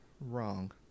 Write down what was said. wrong